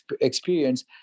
experience